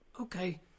okay